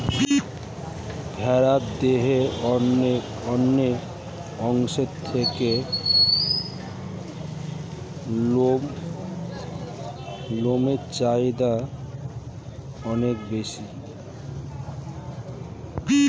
ভেড়ার দেহের অন্যান্য অংশের থেকে লোমের চাহিদা অনেক বেশি